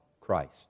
Christ